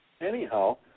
Anyhow